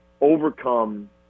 overcome